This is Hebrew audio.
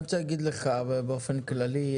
אני רוצה להגיד לך אבל באופן כללי.